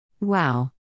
Wow